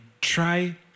try